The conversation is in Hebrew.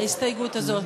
ההסתייגות הזו.